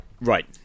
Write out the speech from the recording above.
Right